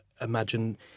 imagine